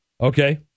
Okay